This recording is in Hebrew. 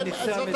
על נכסי המדינה.